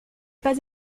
pas